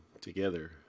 together